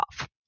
off